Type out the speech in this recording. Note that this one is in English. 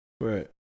Right